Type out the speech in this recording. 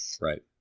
Right